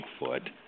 Bigfoot